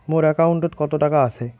মোর একাউন্টত কত টাকা আছে?